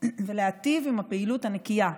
ולהיטיב עם הפעילות הנקייה,